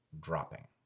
dropping